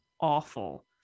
awful